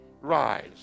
rise